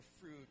fruit